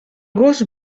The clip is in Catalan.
gos